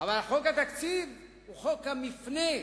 אבל חוק התקציב הוא חוק המפנה,